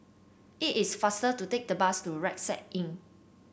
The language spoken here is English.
it is faster to take the bus to Rucksack Inn